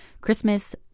Christmas